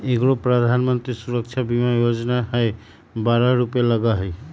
एगो प्रधानमंत्री सुरक्षा बीमा योजना है बारह रु लगहई?